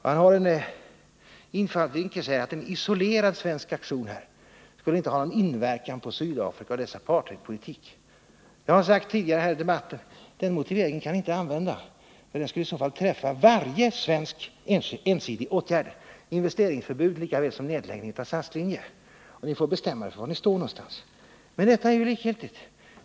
Han har den inställningen att en isolerad svensk aktion inte skulle ha någon inverkan på Sydafrikas apartheidpolitik. Det har sagts tidigare i debatten att man inte kan använda den motiveringen, eftersom det i så fall skulle träffa varje svensk ensidig åtgärd: investeringsförbud lika väl som nedläggning av SAS-linjen. Ni får bestämma er för var ni står någonstans. — Men detta är likgiltigt.